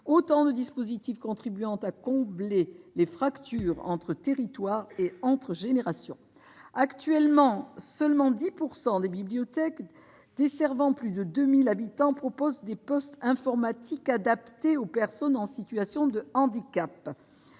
autant de dispositifs contribuant à combler les fractures entre territoires et entre générations. Actuellement, 10 % seulement des bibliothèques desservant plus de 2 000 habitants proposent des postes informatiques adaptés aux personnes en situation de handicap.